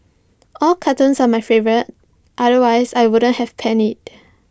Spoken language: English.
all cartoons are my favourite otherwise I wouldn't have penned IT